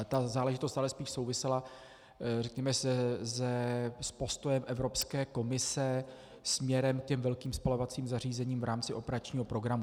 Ta záležitost ale spíš souvisela s postojem Evropské komise směrem k těm velkým spalovacím zařízením v rámci operačního programu.